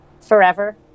forever